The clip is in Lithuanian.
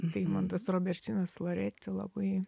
deimantas robertinas loreti labai